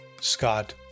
Scott